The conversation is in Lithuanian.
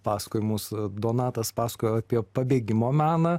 pasakojimus donatas pasakojo apie pabėgimo meną